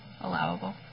allowable